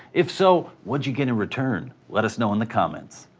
if so, what'd you get in return? let us know in the comments.